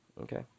Okay